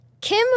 kim